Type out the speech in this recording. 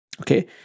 okay